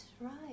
right